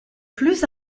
plus